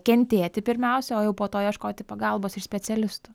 kentėti pirmiausia o jau po to ieškoti pagalbos iš specialistų